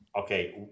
Okay